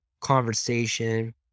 conversation